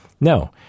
No